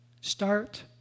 Start